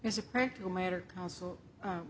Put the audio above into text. as a practical matter